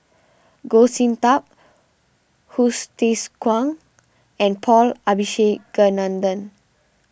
Goh Sin Tub Hsu Tse Kwang and Paul Abisheganaden